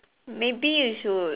maybe you should